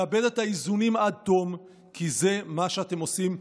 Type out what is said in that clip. לאבד את האיזונים עד תום, כי זה מה שאתם עושים.